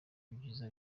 ibyiza